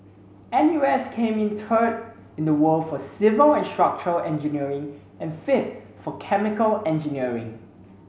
N U S came in third in the world for civil and structural engineering and fifth for chemical engineering